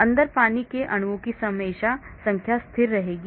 अंदर पानी के अणुओं की संख्या हमेशा स्थिर रहेगी